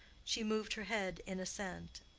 she moved her head in assent,